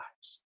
lives